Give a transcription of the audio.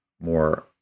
more